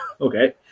Okay